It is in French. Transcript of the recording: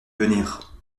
venir